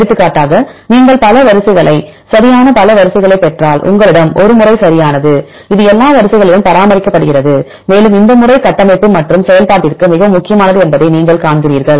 எடுத்துக்காட்டாக நீங்கள் பல வரிசைகளை சரியான பல வரிசைகளைப் பெற்றால் உங்களிடம் ஒரு முறை சரியானது இது எல்லா வரிசைகளிலும் பராமரிக்கப்படுகிறது மேலும் இந்த முறை கட்டமைப்பு மற்றும் செயல்பாட்டிற்கு மிகவும் முக்கியமானது என்பதை நீங்கள் காண்கிறீர்கள்